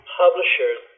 publishers